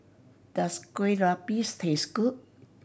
does Kueh Lapis taste good